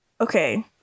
okay